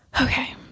Okay